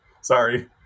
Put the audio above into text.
sorry